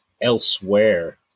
elsewhere